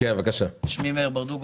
שמי מאיר ברדוגו,